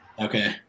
Okay